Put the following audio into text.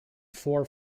four